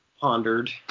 pondered